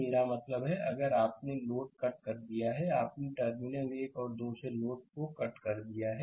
मेरा मतलब है अगर आपने लोड कट कर दिया है आपने टर्मिनल 1 और 2 से लोड कट कर दिया है